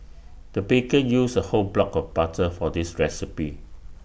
the baker used A whole block of butter for this recipe